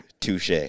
Touche